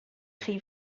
chi